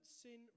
sin